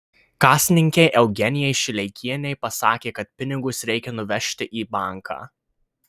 kasininkei eugenijai šileikienei pasakė kad pinigus reikia nuvežti į banką